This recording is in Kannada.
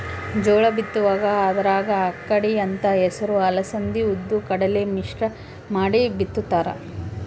ಜೋಳ ಬಿತ್ತುವಾಗ ಅದರಾಗ ಅಕ್ಕಡಿ ಅಂತ ಹೆಸರು ಅಲಸಂದಿ ಉದ್ದು ಕಡಲೆ ಮಿಶ್ರ ಮಾಡಿ ಬಿತ್ತುತ್ತಾರ